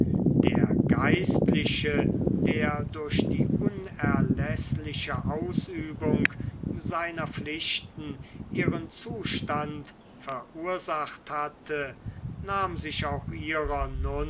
der geistliche der durch die unerläßliche ausübung seiner pflicht ihren zustand verursacht hatte nahm sich auch ihrer